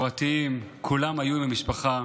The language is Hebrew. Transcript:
מסורתיים, כולם היו עם המשפחה.